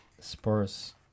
Spurs